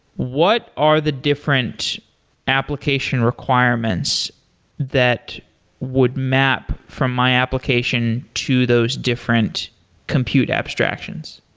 what are the different application requirements that would map from my application to those different compute abstractions?